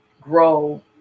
grow